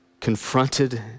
confronted